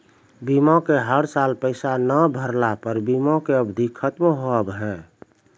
बीमा के हर साल पैसा ना भरे पर बीमा के अवधि खत्म हो हाव हाय?